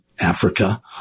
Africa